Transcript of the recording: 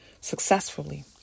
successfully